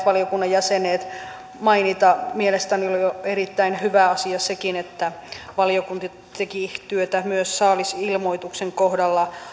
valiokunnan jäsenet huomanneet mainita mielestäni oli erittäin hyvä asia sekin että valiokunta teki työtä myös saalisilmoituksen kohdalla